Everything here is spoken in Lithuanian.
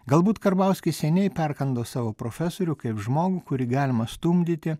galbūt karbauskis seniai perkando savo profesorių kaip žmogų kurį galima stumdyti